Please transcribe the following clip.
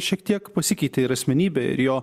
šiek tiek pasikeitė ir asmenybė ir jo